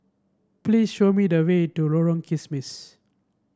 please show me the way to Lorong Kismis